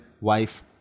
wife